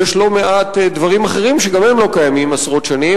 יש לא מעט דברים אחרים שגם הם לא קיימים עשרות שנים.